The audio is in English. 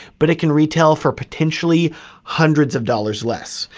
but it can retail for potentially hundreds of dollars less.